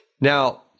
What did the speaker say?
Now